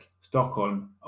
Stockholm